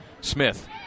Smith